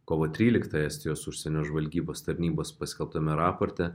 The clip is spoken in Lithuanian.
kovo tryliktą estijos užsienio žvalgybos tarnybos paskelbtame raporte